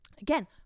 again